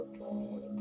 good